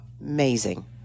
amazing